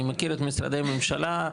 אני מכיר את משרדי הממשלה.